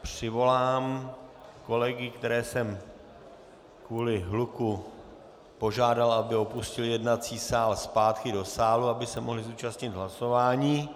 Přivolám kolegy, které jsem kvůli hluku požádal, aby opustili jednací sál, zpátky do sálu, aby se mohli zúčastnit hlasování.